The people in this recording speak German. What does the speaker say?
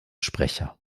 sprecher